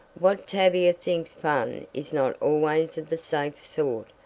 what tavia thinks fun is not always of the safe sort,